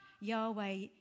Yahweh